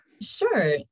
Sure